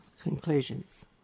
conclusions